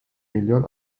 milyon